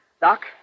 Doc